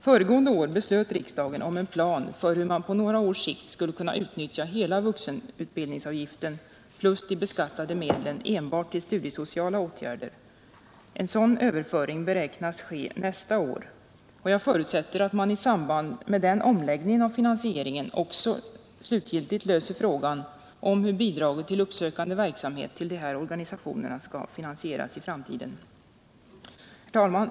Föregående år beslöt riksdagen om en plan för hur man på några års sikt skulle kunna utnyttja hela vuxenutbildningsavgiften plus de beskattade medlen enbart till studiesociala åtgärder. En sådan överföring beräknas ske nästa år. Och jag förutsätter att man i samband med den omläggningen av finansieringen också löser frågan om hur bidraget till uppsökande verksamhet till de här organisationerna skall finansieras i framtiden. Herr talman!